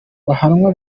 bahanwa